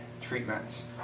treatments